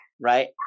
Right